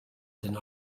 deny